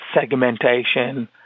segmentation